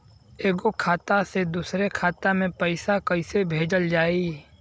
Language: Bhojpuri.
एगो खाता से दूसरा खाता मे पैसा कइसे भेजल जाई?